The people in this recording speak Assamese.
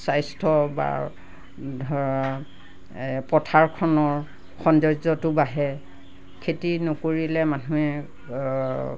স্বাস্থ্য বা ধৰা পথাৰখনৰ সৌন্দৰ্যটো বাঢ়ে খেতি নকৰিলে মানুহে